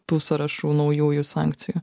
tų sąrašų naujųjų sankcijų